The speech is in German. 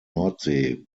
nordsee